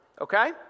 Okay